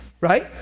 Right